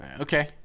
Okay